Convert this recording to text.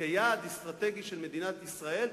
כיעד אסטרטגי של מדינת ישראל,